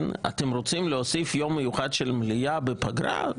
אתם רוצים להוסיף יום מיוחד של המליאה בפגרה?